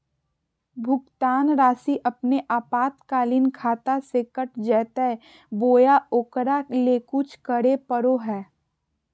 भुक्तान रासि अपने आपातकालीन खाता से कट जैतैय बोया ओकरा ले कुछ करे परो है?